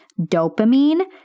dopamine